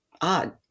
odd